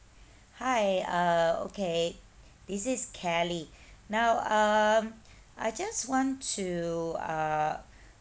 hi uh okay this is kelly now um I just want to uh